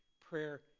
Prayer